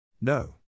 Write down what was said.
No